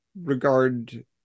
regard